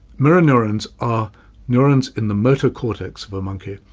mirror-neurons are neurons in the motor cortex of a monkey,